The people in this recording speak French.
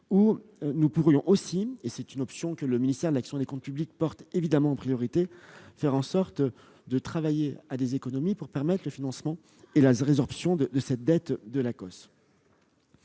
Nous pourrions aussi, et c'est une option que le ministère de l'action et des comptes publics porte évidemment en priorité, faire en sorte de travailler à des économies pour permettre le financement et la résorption de cette dette. Nous